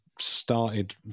started